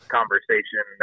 conversation